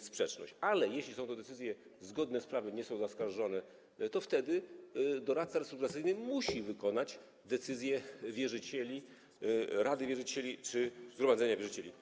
sprzeczność, ale jeśli są to decyzje zgodne z prawem, nie są zaskarżone, to wtedy doradca restrukturyzacyjny musi wykonać decyzję wierzycieli, rady wierzycieli czy zgromadzenia wierzycieli.